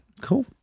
Cool